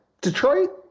Detroit